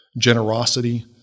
generosity